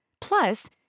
Plus